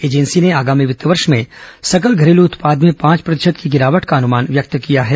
agency ने आगामी वित्त वर्ष में सकल घरेलू उत्पाद में पांच प्रतिशत की गिरावट का अनुमान व्यक्त किया है